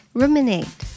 ruminate